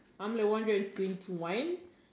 I'm like one hundred and twenty one